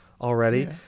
already